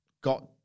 got